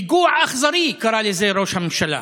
פיגוע אכזרי, קרא לזה ראש הממשלה.